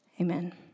Amen